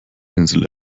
insel